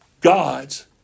gods